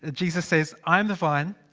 ah jesus says i am the vine.